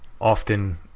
Often